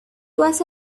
was